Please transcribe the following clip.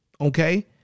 okay